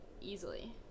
easily